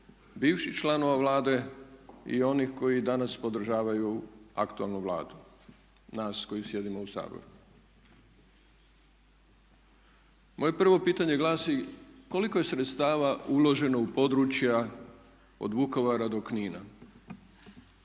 bivših članova Vlade i onih koji danas podržavaju aktualnu Vladu nas koji sjedimo u Saboru. Moje prvo pitanje glasi, koliko je sredstava uloženo u područja od Vukovara do Knina?